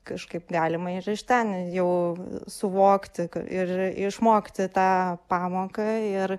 kažkaip galima ir iš ten jau suvokti ir išmokti tą pamoką ir